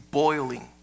boiling